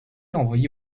envoyé